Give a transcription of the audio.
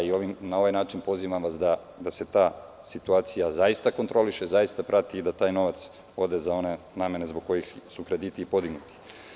Na ovaj način vas pozivam da se ta situacija zaista kontroliše, zaista prati i da taj novac ode za one namene zbog kojih su krediti i podignuti.